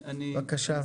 בבקשה.